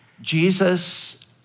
Jesus